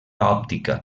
òptica